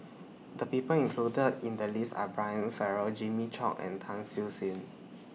The People included in The list Are Brian Farrell Jimmy Chok and Tan Siew Sin